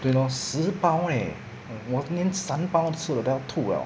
对 lor 十包 leh 我连三包吃了我都要吐 liao